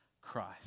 Christ